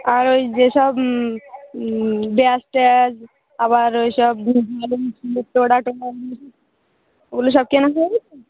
আর ওই যে সব ব্যাজ ট্যাজ আবার ওই সব প্রোডাক্ট ওগুলো সব কেনা হয়ে গেছে